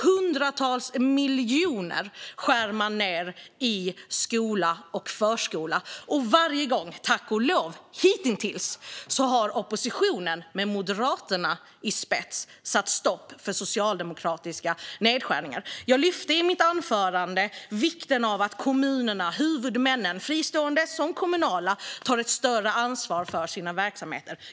Hundratals miljoner skär man ned med i skola och förskola. Hittills har oppositionen, med Moderaterna i spetsen, varje gång - tack och lov - satt stopp för socialdemokratiska nedskärningar. I mitt anförande tog jag upp vikten av att kommunerna och huvudmännen, fristående såväl som kommunala, tar ett större ansvar för sina verksamheter.